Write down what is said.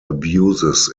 abuses